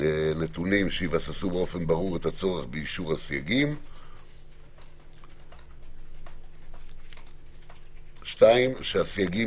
נתונים שיבססו באופן ברור את הצורך באישור הסייגים 2. שהסייגים